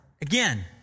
again